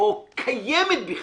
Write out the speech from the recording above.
או קיימת בכלל,